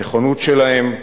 הנכונות שלהם,